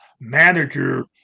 manager